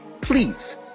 Please